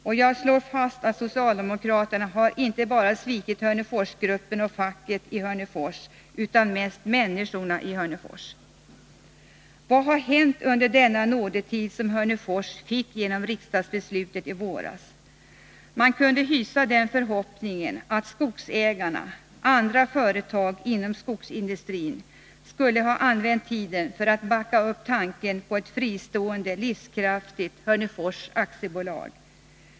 Och jag slår fast att socialdemokraterna inte bara har svikit Hörneforsgruppen och facket i Hörnefors, utan mest människorna där. Vad har hänt under denna nådatid som Hörnefors fick genom riksdagsbeslutet i våras? Man kunde hysa den förhoppningen att skogsägarna och andra företag inom skogsindustrin skulle ha använt tiden för att backa upp tanken på ett fristående, livskraftigt Hörnefors AB.